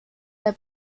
der